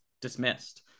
dismissed